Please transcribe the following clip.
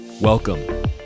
Welcome